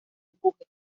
empuje